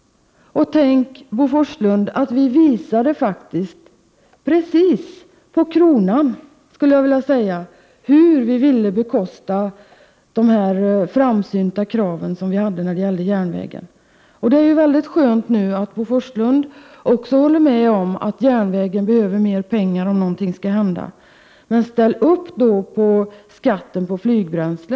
Och tänk, Bo Forslund: Vi visade faktiskt exakt på kronan, skulle jag vilja säga, hur vi ville bekosta de framsynta krav som vi hade när det gällde järnvägen. Det är skönt att höra att också Bo Forslund nu håller med om att järnvägen behöver pengar, om någonting skall hända. Men ställ er då bakom skatten på flygbränsle!